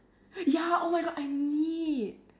ya oh my god I need